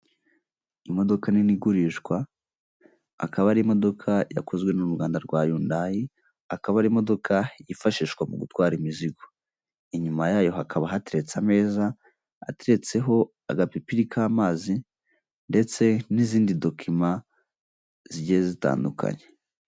Imodoka nini igurishwa, akaba ari imodoka yakozwe n'uruganda rwa Yundayi, akaba ari imodoka yifashishwa mu gutwara imizigo, inyuma yayo hakaba hateretse ameza ateretseho agapipiri k'amazi, ndetse n'izindi dokima zigiye zitandukanye.